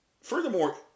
Furthermore